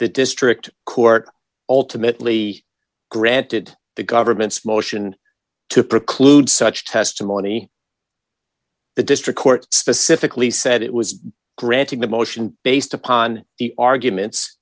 the district court ultimately granted the government's motion to preclude such testimony the district court specifically said it was granting the motion based upon the arguments